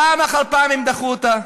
ופעם אחר פעם הם דחו אותה.